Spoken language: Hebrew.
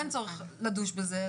אין צורך לדוש בזה.